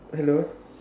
hello